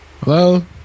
Hello